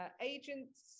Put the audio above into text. Agents